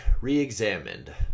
re-examined